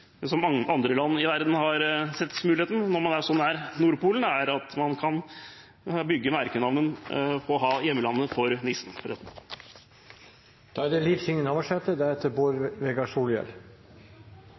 som andre land i verden har sett muligheten for når man er så nær Nordpolen, at man kan bygge merkenavn på å ha nissens hjemland, f.eks. Fyrst: Takk til saksordføraren for